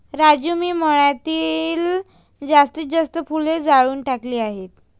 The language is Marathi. राजू मी मळ्यातील जास्तीत जास्त फुले जाळून टाकली आहेत